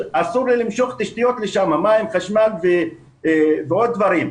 אסור לי למשוך תשתיות לשם, מים, חשמל ועוד דברים,